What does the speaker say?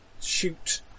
shoot